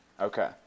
Okay